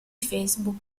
facebook